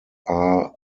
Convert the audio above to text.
are